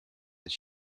that